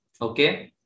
Okay